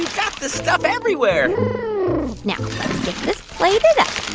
got this stuff everywhere now let's like